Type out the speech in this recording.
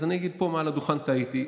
אני אגיד פה מעל לדוכן: טעיתי.